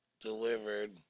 delivered